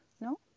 no